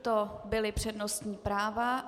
To byla přednostní práva.